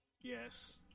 Yes